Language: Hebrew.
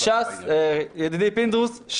ידידי פינדרוס,